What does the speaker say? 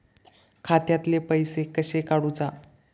खात्यातले पैसे कशे काडूचा?